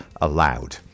allowed